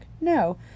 No